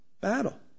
battle